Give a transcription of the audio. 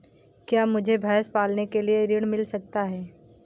क्या मुझे भैंस पालने के लिए ऋण मिल सकता है?